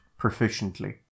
proficiently